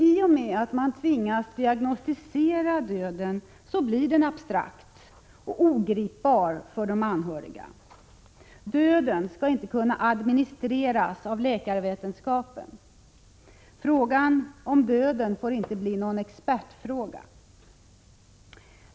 I och med att man tvingas diagnostisera döden blir den abstrakt och ogripbar för de anhöriga. Döden skall inte kunna administreras av läkarvetenskapen. Frågan om döden får inte bli en expertfråga.